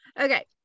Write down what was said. okay